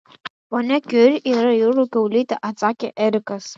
ponia kiuri yra jūrų kiaulytė atsakė erikas